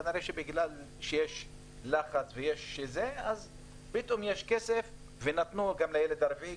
וכנראה בגלל הלחץ פתאום יש כסף ונתנו גם לילד הרביעי,